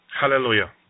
Hallelujah